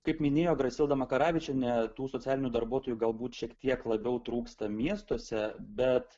kaip minėjo grasilda makaravičienė tų socialinių darbuotojų galbūt šiek tiek labiau trūksta miestuose bet